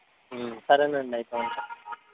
సరేనండి అయితే ఉంటాను